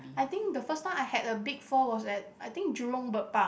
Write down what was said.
I think the first time I had a big fall was at I think Jurong Bird Park